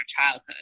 childhood